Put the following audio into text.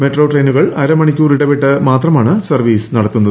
metro ട്രയിനുകൾ അരമണിക്കൂർ ഇടവിട്ട് മാത്രമാണ് സർവ്വീസ് നടത്തുന്നത്